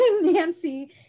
Nancy